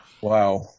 Wow